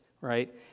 right